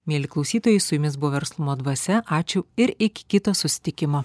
mieli klausytojai su jumis buvo verslumo dvasia ačiū ir iki kito susitikimo